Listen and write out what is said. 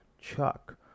Chuck